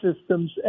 systems